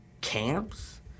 camps